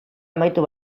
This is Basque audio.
amaitu